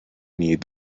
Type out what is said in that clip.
need